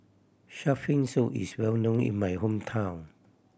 shark fin soup is well known in my hometown